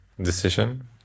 decision